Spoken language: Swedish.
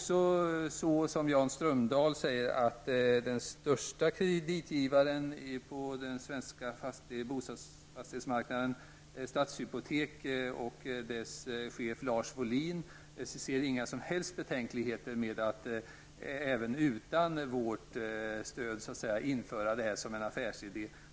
Som Jan Strömdahl säger hyser den störste kreditgivaren på den svenska fastighetsmarknaden, Stadshypotek, och dess chef Lars Wohlin inga som helst betänkligheter inför att även utan vårt stöd införa detta system som en affärsidé.